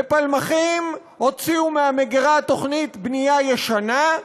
בפלמחים הוציאו מהמגירה תוכנית בנייה ישנה,